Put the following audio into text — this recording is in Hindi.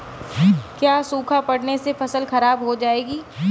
क्या सूखा पड़ने से फसल खराब हो जाएगी?